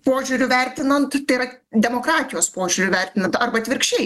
požiūriu vertinant tai yra demokratijos požiūriu vertinant arba atvirkščiai